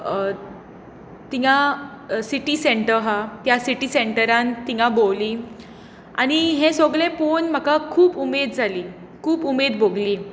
थंय city centre आसात त्या सिटी सेंटरांत थंय भोंवली आनी हें सगळें पळोवन म्हाका खूब उमेद जाली खूब उमेद भोगली